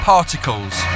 Particles